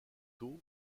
tôt